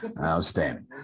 Outstanding